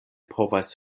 povas